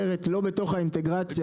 לא בתוך האינטגרציה,